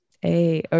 Hey